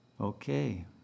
Okay